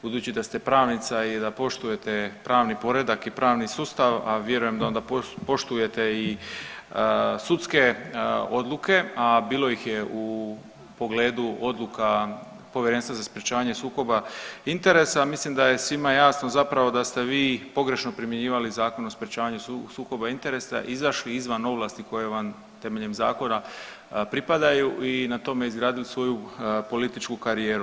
Budući da ste pravnica i da poštujete pravni poredak i pravni sustav, a vjerujem da onda poštujete i sudske odluke, a bilo ih je u pogledu odluka Povjerenstva za sprječavanja sukoba interesa mislim da je svima jasno zapravo da ste vi pogrešno primjenjivali Zakon o sprječavanju sukoba interesa, izašli temeljem ovlasti koje vam temeljem zakona pripadaju i na tome izgradili svoju političku karijeru.